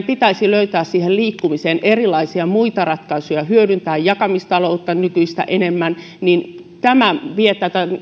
pitäisi löytää liikkumiseen erilaisia muita ratkaisuja esimerkiksi hyödyntää jakamistaloutta nykyistä enemmän tämä vie tätä